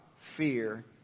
fear